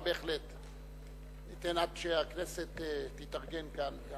אבל בהחלט אתן, עד שהכנסת תתארגן כאן.